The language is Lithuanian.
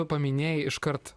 paminėjai iškart